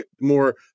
more